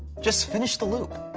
just finish the loop!